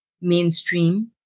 mainstream